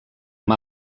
amb